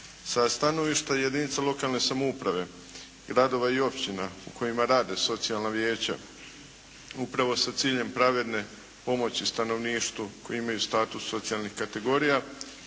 Sa stanovišta jedinica lokalne samouprave, gradova i općina u kojima rade socijalna vijeća, upravo sa ciljem pravedne pomoći stanovništvu koji imaju status socijalnih kategorija.